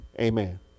Amen